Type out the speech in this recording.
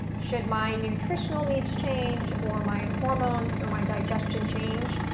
should my nutritional needs change, or my hormones, or my digestion change,